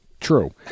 True